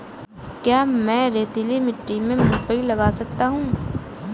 क्या मैं रेतीली मिट्टी में मूँगफली लगा सकता हूँ?